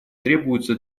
требуется